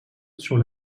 sur